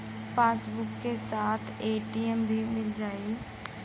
Passbook के साथ ATM भी मील जाई?